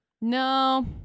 No